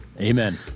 Amen